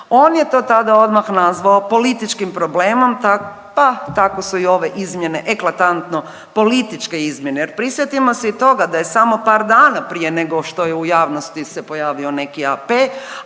On je to tada odmah nazvao političkim problemom, pa tako su i ove izmjene eklatantno političke izmjene jer prisjetimo se i toga da je samo par dana prije nego što je u javnosti se pojavio neki AP,